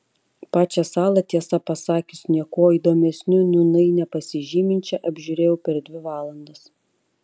pačią salą tiesą pasakius niekuo įdomesniu nūnai nepasižyminčią apžiūrėjau per dvi valandas